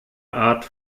art